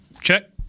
check